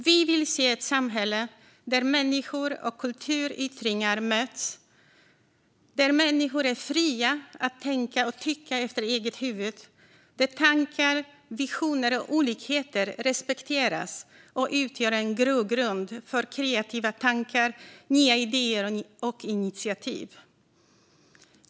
Vi vill se ett samhälle där människor och kulturyttringar möts, där människor är fria att tänka och tycka efter eget huvud - där tankar, visioner och olikheter respekteras och utgör en grogrund för kreativa tankar, nya idéer och initiativ.